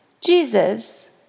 Jesus